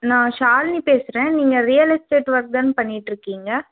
நான் ஷாலினி பேசுகிறேன் நீங்கள் ரியல் எஸ்டேட் ஒர்க் தானே பண்ணிகிட்ருக்கிங்க